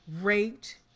raped